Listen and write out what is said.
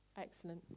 Excellent